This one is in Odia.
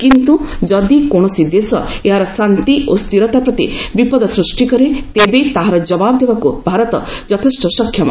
କିନ୍ତୁ ଯଦି କୌଣସି ଦେଶ ଏହାର ଶାନ୍ତି ଓ ସ୍ଥିରତା ପ୍ରତି ବିପଦ ସ୍ଚଷ୍ଟି କରେ ତେବେ ତାହାର ଜବାବ୍ ଦେବାକୁ ଭାରତ ଯଥେଷ୍ଟ ସକ୍ଷମ